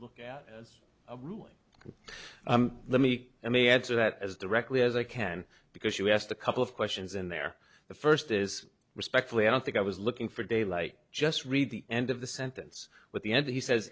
look at as a ruling let me let me answer that as directly as i can because you asked a couple of questions in there the first is respectfully i don't think i was looking for daylight just read the end of the sentence but the end he sa